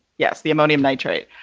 yes, the ammonium nitrate.